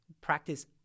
Practice